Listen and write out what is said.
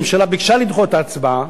הממשלה ביקשה לדחות את ההצבעה,